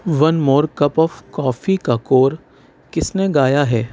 one more cup of coffee کا cover کس نے گایا ہے